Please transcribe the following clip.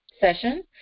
session